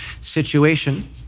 situation